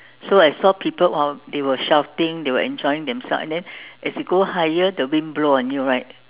so I saw people while they were shouting they were enjoying themselves and then as you go higher the wind blow on you right